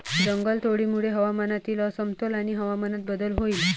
जंगलतोडीमुळे हवामानातील असमतोल आणि हवामान बदल होईल